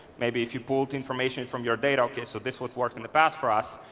maybe if you pulled information from your data, okay so this was worked in the past for us,